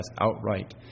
outright